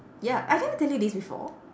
ya I never tell you this before